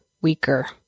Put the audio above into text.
weaker